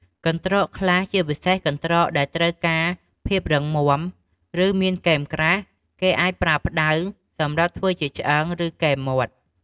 កន្រ្តកខ្លះ ជាពិសេសកន្រ្តកដែលត្រូវការភាពរឹងមាំ ឬមានគែមក្រាស់ គេអាចប្រើផ្តៅសម្រាប់ធ្វើជាឆ្អឹង ឬគែមមាត់។